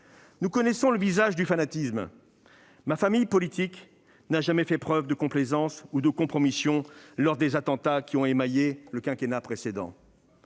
Nous connaissons le visage du fanatisme- ma famille politique n'a jamais fait preuve de complaisance ou de compromission lors des attentats qui ont émaillé le quinquennat précédent